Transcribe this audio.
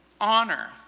honor